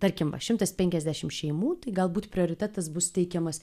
tarkim va šimtas penkiasdešim šeimų tai galbūt prioritetas bus teikiamas